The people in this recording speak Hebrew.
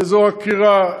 וזו עקירה,